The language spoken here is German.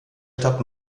stadt